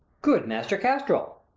good master kastril!